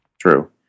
True